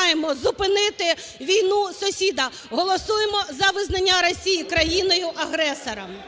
маємо зупинити війну сусіда – голосуємо за визнання Росії країною-агресором! ГОЛОВУЮЧИЙ.